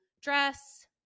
dress